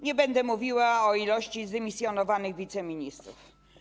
Nie będę mówiła o liczbie zdymisjonowanych wiceministrów.